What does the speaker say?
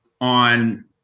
on